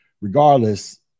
regardless